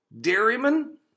dairyman